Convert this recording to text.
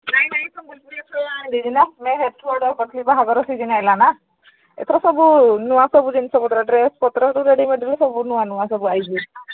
ନାଇଁ ନାଇଁ ସମ୍ବଲପୁରୀ ଏଥର ଆଣିଦେଇଛି ନା ମେହେରଠୁ ଅର୍ଡ଼ର କରିଥିଲି ବାହାଘର ସିଜିନ୍ ହେଲା ନା ଏଥର ସବୁ ନୂଆ ସବୁ ଜିନିଷପତ୍ର ଡ୍ରେସ୍ପତ୍ରରୁୁ ରେଡ଼ିମେଡ଼ ବି ସବୁ ନୂଆ ନୂଆ ସବୁ ଆସିଛି